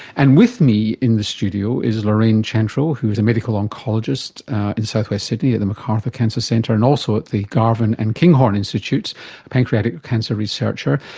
and with me in the studio is lorraine chantrill who is a medical oncologist in south-west sydney at the macarthur cancer centre, and also at the garvan and kinghorn institutes, a pancreatic cancer researcher.